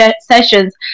sessions